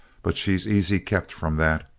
but she's easy kept from that.